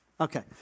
Okay